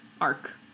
arc